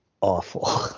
awful